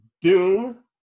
Doom